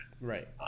Right